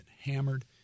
hammered